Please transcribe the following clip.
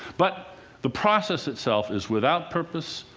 but the process itself is without purpose,